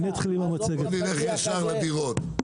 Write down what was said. --- בוא נלך ישר לדירות.